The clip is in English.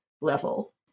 level